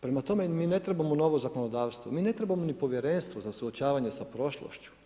Prema tome, mi ne trebamo novo zakonodavstvo, mi ne trebamo ni Povjerenstvo za suočavanje s prošlošću.